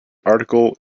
article